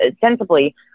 sensibly